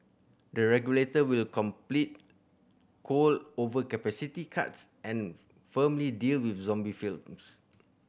the regulator will complete coal overcapacity cuts and firmly deal with zombie firms